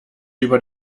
über